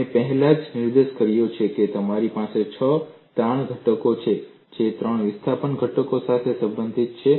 મેં પહેલેથી જ નિર્દેશ કર્યો છે કે તમારી પાસે છ તાણ ઘટકો છે જે ત્રણ વિસ્થાપન ઘટકો સાથે સંબંધિત છે